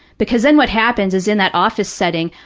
because then what happens is, in that office setting,